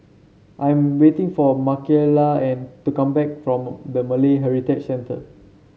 I'm waiting for Makaila and to come back from the Malay Heritage Centre